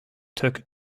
took